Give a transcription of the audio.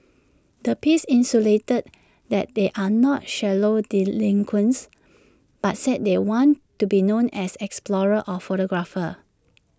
the piece insinuated that they are not shallow delinquents but said they want to be known as explorers or photographers